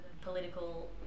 political